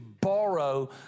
borrow